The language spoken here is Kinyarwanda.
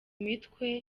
mitwe